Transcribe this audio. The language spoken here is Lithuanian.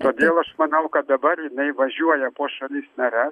todėl aš manau kad dabar jinai važiuoja po šalis nares